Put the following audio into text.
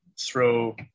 throw